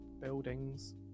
buildings